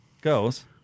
goes